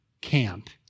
camp